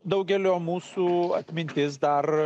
daugelio mūsų atmintis dar